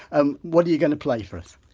and what are you going to play for us?